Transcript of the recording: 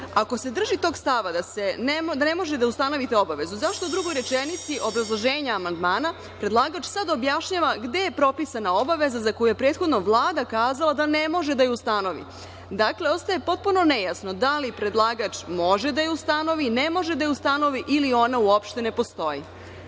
Ako se drži tog stava da ne možete da ustanovite obavezu, zašto u drugoj rečenici obrazloženja amandmana predlagač sada objašnjava gde je propisana obaveza, za koju je prethodno Vlada kazala da ne može da je ustanovi. Dakle, ostaje potpuno nejasno da li predlagač može da je ustanovi, ne može da je ustanovi ili ona uopšte ne postoji? Hvala.